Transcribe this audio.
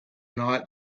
night